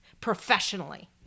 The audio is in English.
professionally